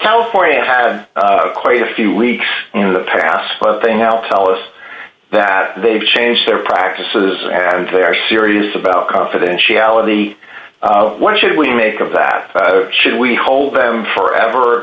california had quite a few read in the past they now tell us that they've changed their practices and they are serious about confidentiality what should we make of that should we hold them forever